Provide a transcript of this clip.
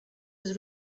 was